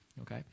Okay